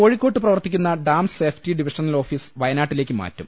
കോഴിക്കോട്ട് പ്രവർത്തിക്കുന്ന dam safety divisional office വയനാട്ടിലേക്ക് മാറ്റും